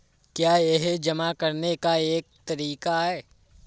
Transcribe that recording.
क्या यह जमा करने का एक तरीका है?